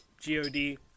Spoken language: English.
G-O-D